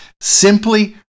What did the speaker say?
simply